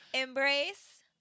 embrace